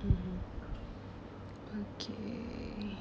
(uh huh) (uh huh) okay